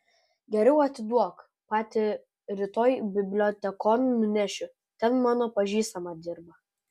geriau atiduok pati rytoj bibliotekon nunešiu ten mano pažįstama dirba